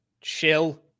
chill